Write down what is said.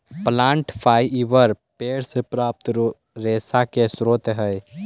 plant fibre पेड़ से प्राप्त रेशा के स्रोत हई